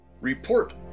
Report